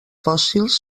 fòssils